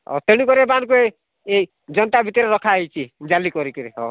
ଓ ତେଣୁ କରି ଏମାନଙ୍କୁ ଏ ଜନ୍ତା ଭିତରେ ରଖାଯାଇଛି ଜାଲି କରିକରି